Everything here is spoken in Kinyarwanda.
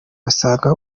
basanga